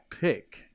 pick